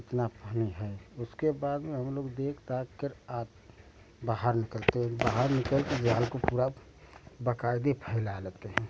कितना पानी है उसके बाद में हम लोग देख दाख कर आते हैं बाहर निकलते हैं बाहर निकल कर जाल को पूरा बकायदे फैला लेते हैं